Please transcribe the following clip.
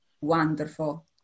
Wonderful